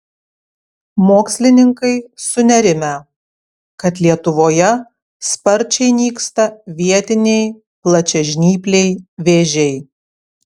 mokslininkai sunerimę kad lietuvoje sparčiai nyksta vietiniai plačiažnypliai vėžiai